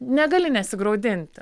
negali nesigraudinti